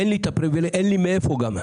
גם אין לי מאיפה.